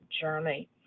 journey